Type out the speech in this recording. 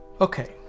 Okay